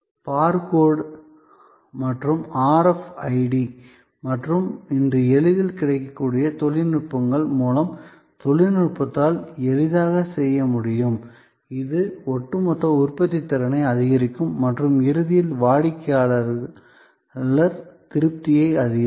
பார் code மற்றும் RFID மற்றும் இன்று எளிதில் கிடைக்கக்கூடிய தொழில்நுட்பங்கள் மூலம் தொழில்நுட்பத்தால் எளிதாக செய்ய முடியும் இது ஒட்டுமொத்த உற்பத்தித்திறனை அதிகரிக்கும் மற்றும் இறுதியில் வாடிக்கையாளர் திருப்தியை அதிகரிக்கும்